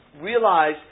realize